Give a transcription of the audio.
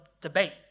debate